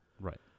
right